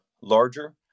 larger